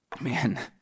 Man